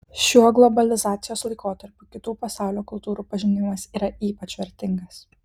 šiuo globalizacijos laikotarpiu kitų pasaulio kultūrų pažinimas yra ypač vertingas